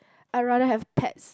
I rather have pets